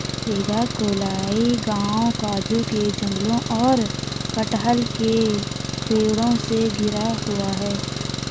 वेगाक्कोलाई गांव काजू के जंगलों और कटहल के पेड़ों से घिरा हुआ है